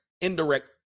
indirect